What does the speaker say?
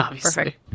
perfect